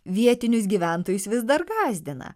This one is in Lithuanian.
vietinius gyventojus vis dar gąsdina